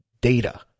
data